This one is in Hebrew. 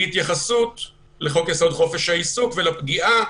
התייחסות לחוק-יסוד: חופש העיסוק ולפגיעה